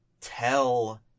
tell